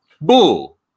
Bull